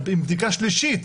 בדיקה שלישית,